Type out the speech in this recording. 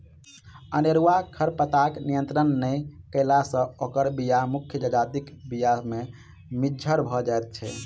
अनेरूआ खरपातक नियंत्रण नै कयला सॅ ओकर बीया मुख्य जजातिक बीया मे मिज्झर भ जाइत छै